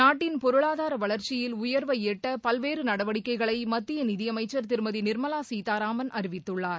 நாட்டின் பொருளாதார வளர்ச்சியில் உயர்வை எட்ட பல்வேறு நடவடிக்கைகளை மத்திய நிதியமைச்சர் திருமதி நிர்மலா சீதாராமன் அறிவித்துள்ளார்